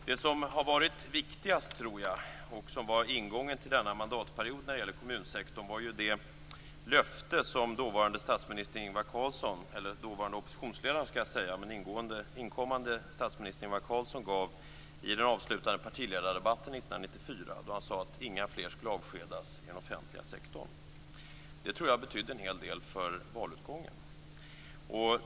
Det som jag tror har varit viktigast, och det som var ingången till denna mandatperiod när det gäller kommunsektorn, var det löfte som dåvarande oppositionsledaren, sedermera statsministern Ingvar Carlsson gav i den avslutande partiledardebatten 1994. Han sade då att inga fler skulle avskedas inom den offentliga sektorn. Detta tror jag betydde en hel del för valutgången.